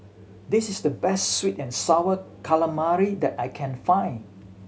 this is the best sweet and Sour Calamari that I can find